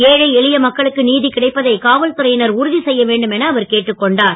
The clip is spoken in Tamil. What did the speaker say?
ஏழை எளிய மக்களுக்கு நீதி கிடைப்பதை காவல்துறையினர் உறுதி செய்ய வேண்டும் என அவர் கேட்டுக் கொண்டார்